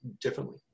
differently